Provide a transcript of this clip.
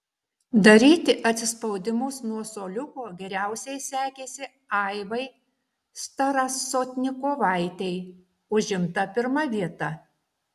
daryti atsispaudimus nuo suoliuko geriausiai sekėsi aivai starasotnikovaitei užimta pirma vieta